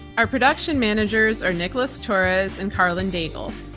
our production managers are nicholas torres and karlyn daigle.